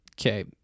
Okay